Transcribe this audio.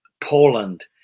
Poland